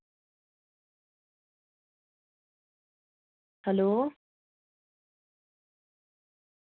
hello